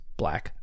black